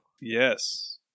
yes